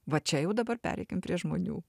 va čia jau dabar pereikim prie žmonių